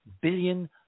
billion